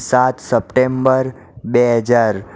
સાત સપ્ટેમ્બર બે હજાર